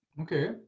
Okay